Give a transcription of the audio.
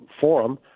Forum